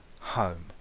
home